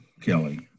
Kelly